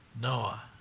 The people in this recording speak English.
Noah